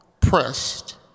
pressed